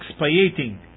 expiating